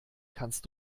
kannst